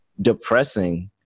depressing